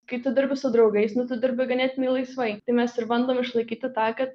kai tu dirbi su draugais nu tu dirbi ganėtinai laisvai tai mes ir bandom išlaikyti tą kad